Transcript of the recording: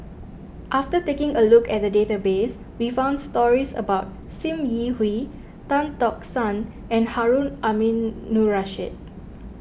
after taking a look at the database we found stories about Sim Yi Hui Tan Tock San and Harun Aminurrashid